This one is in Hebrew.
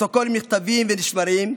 הפרוטוקולים נכתבים ונשמרים,